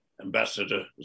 Ambassador